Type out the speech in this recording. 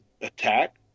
attack